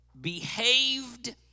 behaved